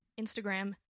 Instagram